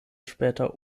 später